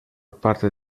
parte